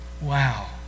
Wow